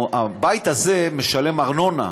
הבית הזה משלם ארנונה.